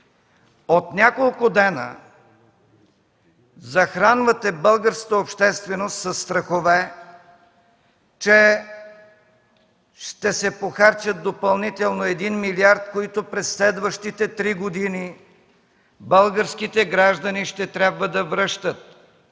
От няколко дена захранвате българската общественост със страхове, че ще се похарчат допълнително един милиард, които през следващите три години българските граждани ще трябва да връщат.